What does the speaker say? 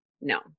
no